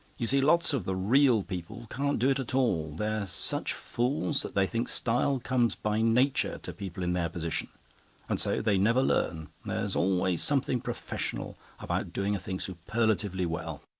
you see, lots of the real people can't do it at all they're such fools that they think style comes by nature to people in their position and so they never learn. there's always something professional about doing a thing superlatively well.